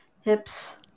hips